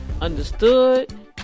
understood